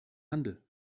handel